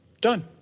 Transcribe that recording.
Done